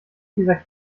dieser